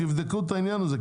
תבדקו את העניין הזה,